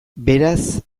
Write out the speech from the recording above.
beraz